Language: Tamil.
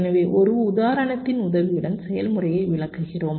எனவே ஒரு உதாரணத்தின் உதவியுடன் செயல்முறையை விளக்குகிறோம்